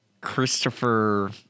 Christopher